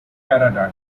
paradigm